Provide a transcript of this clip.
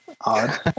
Odd